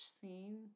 scene